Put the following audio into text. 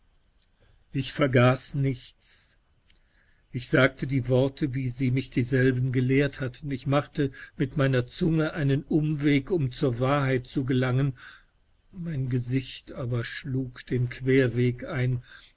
ich vergaß nichts ich sagte die worte wie sie mich dieselben gelehrt hatten ich machte mit meiner zunge einen umweg um zur wahrheit zu gelangen mein gesicht aberschlugdenquerwegeinundkamzuerstansziel ichbittesiebeidergüte diesie